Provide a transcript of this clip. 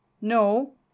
No